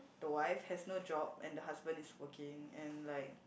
the wife has no job and the husband is working and like